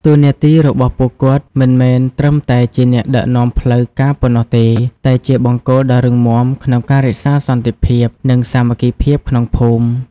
តួនាទីរបស់ពួកគាត់មិនមែនត្រឹមតែជាអ្នកដឹកនាំផ្លូវការប៉ុណ្ណោះទេ តែជាបង្គោលដ៏រឹងមាំក្នុងការរក្សាសន្តិភាព និងសាមគ្គីភាពក្នុងភូមិ។